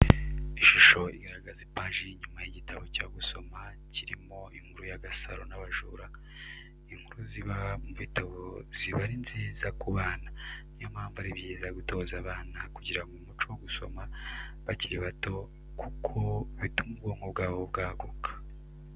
Ishusho igaragaza ipaji y'inyuma y'igitabo cyo gusama kirimo inkuru ya Gasaro n'abajura, inkuru ziba mu bitabo ziba ari nziza ku bana, ni yo mpamvu ari byiza gutoza abana kugira umuco wo gusoma bakiri bato kuko bituma ubwonko bwabo bwaguka.